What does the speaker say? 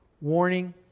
warning